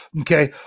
Okay